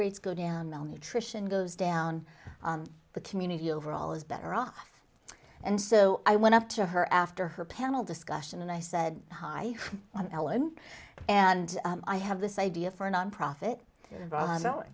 rates go down malnutrition goes down the community overall is better off and so i went up to her after her panel discussion and i said hi i'm ellen and i have this idea for a nonprofit